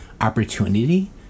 opportunity